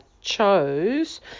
chose